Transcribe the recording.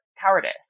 cowardice